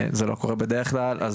זה לא קורה בדרך כלל.